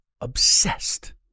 obsessed